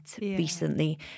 recently